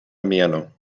mieno